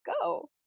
go